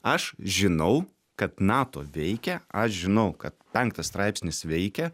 aš žinau kad nato veikia aš žinau kad penktas straipsnis veikia